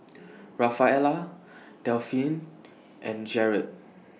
Rafaela Delphine and Jerod